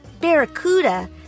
barracuda